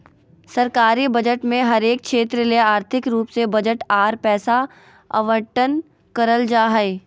सरकारी बजट मे हरेक क्षेत्र ले आर्थिक रूप से बजट आर पैसा आवंटन करल जा हय